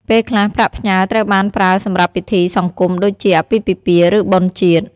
ពេលខ្លះប្រាក់ផ្ញើត្រូវបានប្រើសម្រាប់ពិធីសង្គមដូចជា អាពាហ៍ពិពាហ៍ ឬបុណ្យជាតិ។